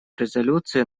резолюции